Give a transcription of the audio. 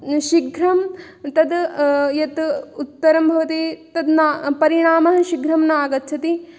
शीघ्रं तद् यत् उत्तरं भवति तद् न परिणामः शीघ्रं न आगच्छति